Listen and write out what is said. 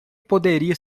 poderia